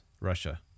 Russia